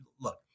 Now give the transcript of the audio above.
Look